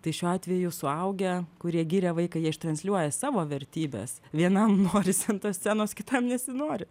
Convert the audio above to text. tai šiuo atveju suaugę kurie giria vaiką jie ištransliuoja savo vertybes vienam norisi ant tos scenos kitam nesinori